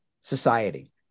society